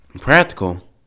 Practical